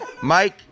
Mike